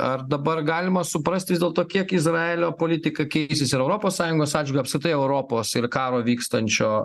ar dabar galima suprast vis dėlto kiek izraelio politika keisis ir europos sąjungos atžvilgiu apskritai europos ir karo vykstančio